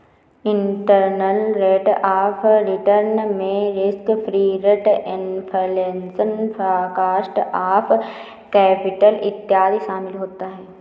internal rate of return में risk free rate, inflation, cost of capital इत्यादि शामिल होता है